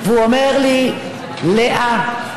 והוא אומר לי: לאה,